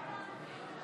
אינו נוכח אלכס קושניר,